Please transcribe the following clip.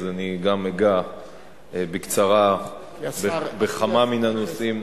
אז אני גם אגע בקצרה בכמה מן הנושאים,